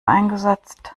eingesetzt